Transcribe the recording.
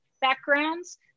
backgrounds